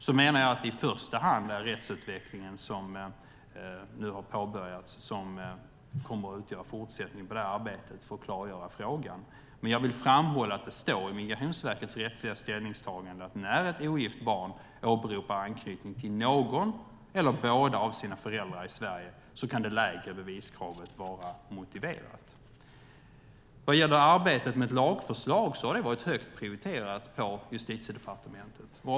Jag menar att det i första hand är den rättsutveckling som nu har påbörjats som kommer att utgöra fortsättningen på arbetet för att klargöra frågan. Men jag vill framhålla att det står i Migrationsverkets rättsliga ställningstagande att när ett ogift barn åberopar anknytning till någon av eller båda sina föräldrar i Sverige kan det lägre beviskravet vara motiverat. Arbetet med ett lagförslag har varit högt prioriterat på Justitiedepartementet.